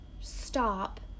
stop